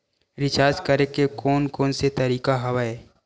Recharge करे के कोन कोन से तरीका हवय?